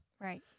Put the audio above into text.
right